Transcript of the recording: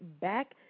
back